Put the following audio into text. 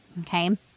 okay